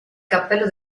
cappello